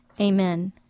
Amen